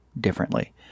differently